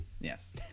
Yes